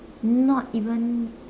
not even